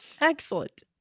excellent